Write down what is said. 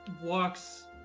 walks